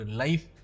life